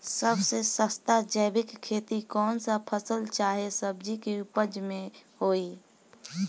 सबसे सस्ता जैविक खेती कौन सा फसल चाहे सब्जी के उपज मे होई?